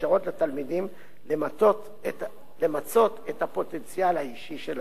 לתלמידים למצות את הפוטנציאל האישי שלהם,